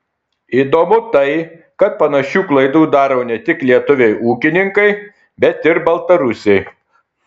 įdomu tai kad panašių klaidų daro ne tik lietuviai ūkininkai bet ir baltarusiai